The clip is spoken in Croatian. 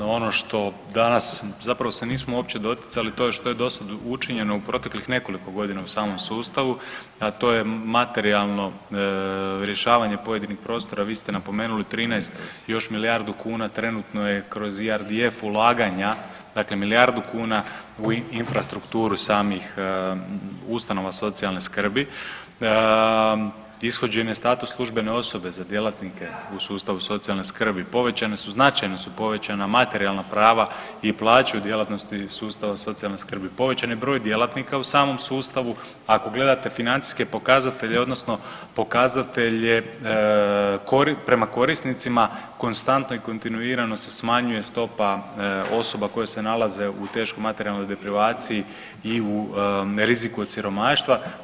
Ono što danas zapravo se nismo uopće doticali to je što je dosad učinjeno u proteklih nekoliko godina u samom sustavu, a to je materijalno rješavanje pojedinih prostora, vi ste napomenuli, 13, još milijardu kuna trenutno je kroz IRDF ulaganja, dakle milijardu kuna u infrastrukturu samih ustanova socijalne skrbi, ishođene status službene osobe za djelatnike u sustavu socijalne skrbi, povećane su, značajno su povećane materijalna prava i plaće u djelatnosti sustava socijalne skrbi, povećan je broj djelatnika u samom sustavu, ako gledate financijske pokazatelje odnosno pokazatelje prema korisnicima, konstantno i kontinuirano se smanjuje stopa osoba koje se nalaze u teškoj materijalnoj deprivaciji i u riziku od siromaštva.